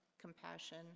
compassion